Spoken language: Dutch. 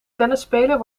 tennisspeler